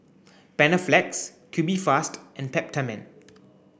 Panaflex Tubifast and Peptamen